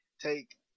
take